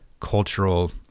cultural